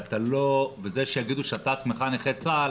וזה שיגידו שאתה עצמך נכה צה"ל,